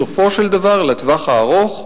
בסופו של דבר, לטווח הארוך,